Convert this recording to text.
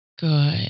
Good